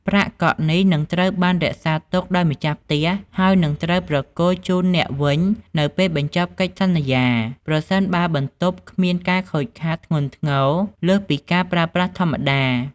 ប្រាក់កក់នេះនឹងត្រូវបានរក្សាទុកដោយម្ចាស់ផ្ទះ ហើយនឹងត្រូវប្រគល់ជូនអ្នកវិញនៅពេលបញ្ចប់កិច្ចសន្យា ប្រសិនបើបន្ទប់គ្មានការខូចខាតធ្ងន់ធ្ងរលើសពីការប្រើប្រាស់ធម្មតា។